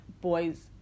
boys